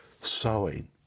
sowing